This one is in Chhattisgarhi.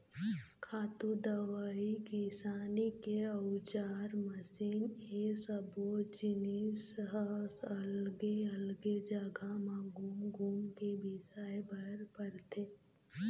खातू, दवई, किसानी के अउजार, मसीन ए सब्बो जिनिस ह अलगे अलगे जघा म घूम घूम के बिसाए बर परथे